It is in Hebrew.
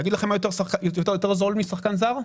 להגיד לכם מה יותר זול משחקן זר?